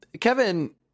Kevin